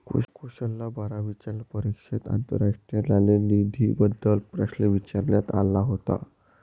कुशलला बारावीच्या परीक्षेत आंतरराष्ट्रीय नाणेनिधीबद्दल प्रश्न विचारण्यात आला होता